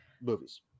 movies